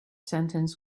sentence